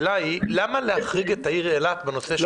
למה להחריג את העיר אילת בנושא ---?